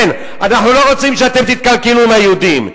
כן, אנחנו לא רוצים שאתם תתקלקלו עם היהודים.